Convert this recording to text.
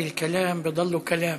דיבורים נשארים דיבורים.)